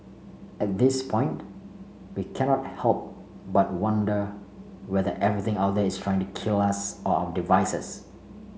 at this point we cannot help but wonder whether everything out there is trying kill us or our devices